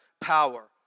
power